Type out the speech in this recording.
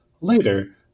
Later